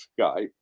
Skype